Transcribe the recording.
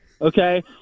Okay